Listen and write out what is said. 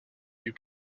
you